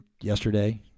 yesterday